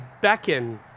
beckon